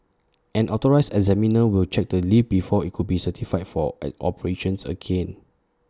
an authorised examiner will check the lift before IT could be certified for and operations again